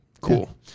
Cool